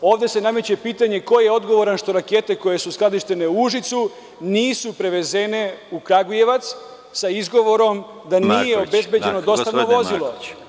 Ovde se nameće pitanje ko je odgovoran što rakete koje su skladištene u Užicu nisu prevezene u Kragujevac, sa izgovorom da nije obezbeđeno dostavno vozilo.